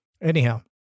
Anyhow